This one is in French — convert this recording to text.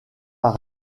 par